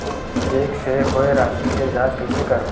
Cheque से होए राशि के जांच कइसे करहु?